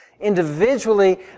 Individually